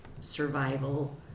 survival